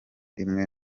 imwe